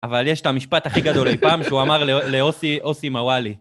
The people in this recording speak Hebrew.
אבל יש את המשפט הכי גדול אי פעם שהוא אמר לאוסי, אוסי מוואלי.